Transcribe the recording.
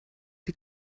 die